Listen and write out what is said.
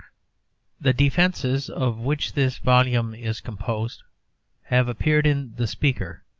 the defences of which this volume is composed have appeared in the speaker,